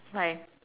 like